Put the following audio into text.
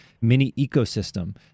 mini-ecosystem